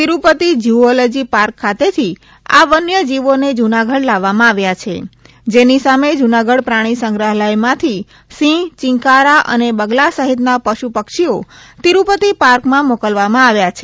Tirupati zoology park ખાતે થી આ વન્ય જીવો ને જૂનાગઢ લાવવામાં આવ્યા છે જેની સામે જૂનાગઢ પ્રાણી સંગ્રહાલય માંથી સિંહ ચિંકારા અને બગલા સહિતના પશુ પક્ષીઓ તિરૂપતિ પાક્રમાં મોકલવામાં આવ્યા છે